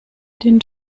den